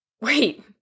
Wait